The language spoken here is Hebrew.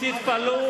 תתפלאו